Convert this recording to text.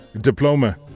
diploma